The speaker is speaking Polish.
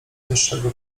wyższego